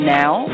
now